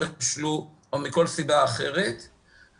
שמענו למשל את חיים הלפרין אומר: העבירו את האחריות לפיקוד העורף,